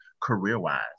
career-wise